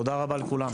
תודה רבה לכולם.